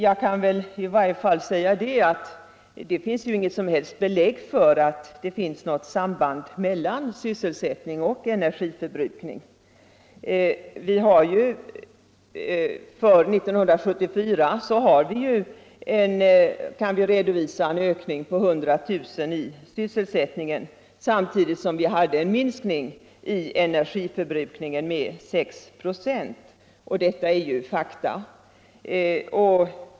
Jag kan i varje fall säga att det inte finns något som helst belägg för att det är ett samband mellan sysselsättning och energiförbrukning. För 1974 kan vi redovisa en ökning på 100 000 när det gäller sysselsättningen, samtidigt som vi hade en minskning av energiförbrukningen med 6 96. Detta är fakta.